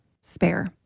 Spare